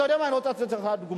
אתה יודע מה, אני רוצה לתת לך דוגמה.